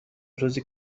روزی